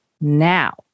now